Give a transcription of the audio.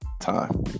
time